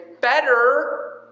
better